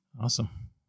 Awesome